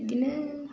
बिदिनो